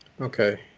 okay